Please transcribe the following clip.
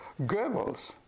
Goebbels